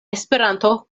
esperanto